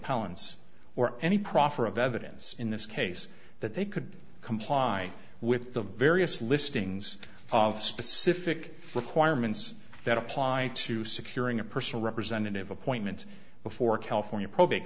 appellants or any proffer of evidence in this case that they could comply with the various listings of specific requirements that apply to securing a personal representative appointment before california probate